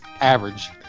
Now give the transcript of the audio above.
average